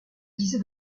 disait